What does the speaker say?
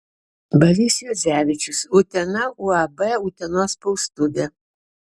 balys juodzevičius utena uab utenos spaustuvė